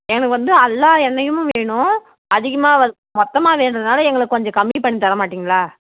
எங்களுக்கு வந்து எல்லா எண்ணெய்யும் வேணும் அதிகமாக வ மொத்தமாக வேணும்னால எங்களுக்கு கொஞ்சம் கம்மி பண்ணி தரமாட்டீங்களா